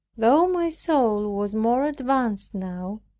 though my soul was more advanced now,